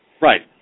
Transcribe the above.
Right